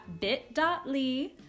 bit.ly